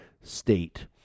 state